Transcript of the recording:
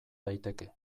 daiteke